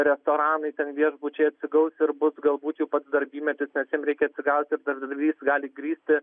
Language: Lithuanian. restoranai viešbučiai atsigaus ir bus galbūt jau pats darbymetis nes jiem reikia atsigauti ir darbdavys gali grįsti